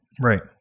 Right